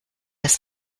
ist